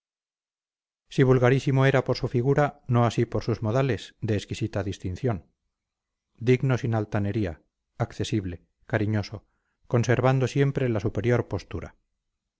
cráneo si vulgarísimo era por su figura no así por sus modales de exquisita distinción digno sin altanería accesible cariñoso conservando siempre la superior postura